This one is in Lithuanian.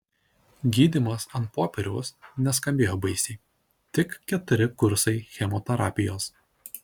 gydymas ant popieriaus neskambėjo baisiai tik keturi kursai chemoterapijos